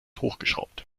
hochgeschraubt